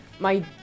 My-